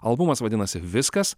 albumas vadinasi viskas